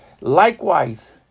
Likewise